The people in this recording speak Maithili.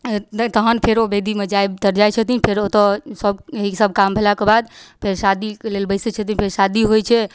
तहन फेरो वेदीमे जाइतर जाइ छथिन फेरो ओतऽ ईसब काम भेलाके बाद फेर शादीके लेल बैसै छथिन फेर शादी होइ छै